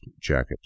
jacket